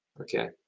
Okay